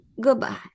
goodbye